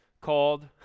called